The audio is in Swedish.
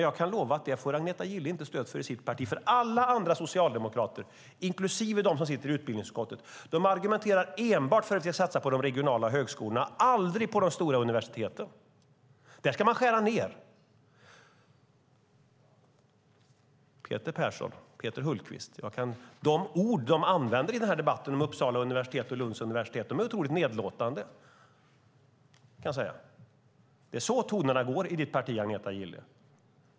Jag kan lova att det får Agneta Gille inte stöd för i sitt parti, för alla andra socialdemokrater, inklusive de som sitter i utbildningsutskottet, argumenterar enbart för att vi ska satsa på de regionala högskolorna och aldrig på de stora universiteten. Där ska man skära ned. De ord som till exempel Peter Persson och Peter Hultqvist använder i den här debatten om Uppsala universitet och Lunds universitet är otroligt nedlåtande. Det är så tongångarna är i ditt parti, Agneta Gille.